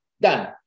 done